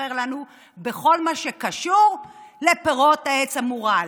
מוכר לנו בכל מה שקשור לפירות העץ המורעל.